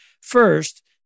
First